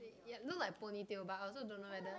ya look like ponytail but I also don't know whether